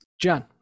John